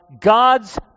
God's